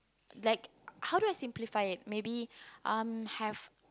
like how do I simplify it maybe um have